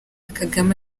kagame